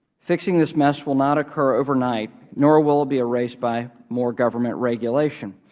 fixing this mess will not occur overnight, nor will it be a race by more government regulation.